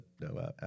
no